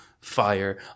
fire